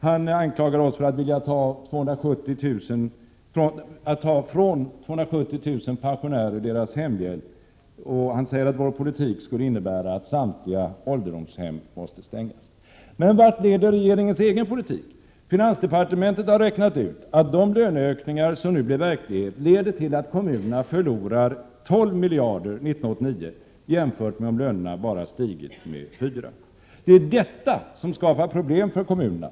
Han anklagar oss för att vilja ta ifrån 270 000 pensionärer deras hemhjälp. Han säger att vår politik skulle innebära att samtliga ålderdomshem måste stängas. Men vart leder regeringens egen politik? Finansdepartementet har räknat ut att de löneökningar som nu blir verklighet leder till att kommunerna kommer att förlora 12 miljarder år 1989, jämfört med om lönerna bara hade stigit med 4 20. Det är detta som skapar problem för kommunerna.